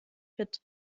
fit